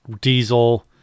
diesel